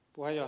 puhemies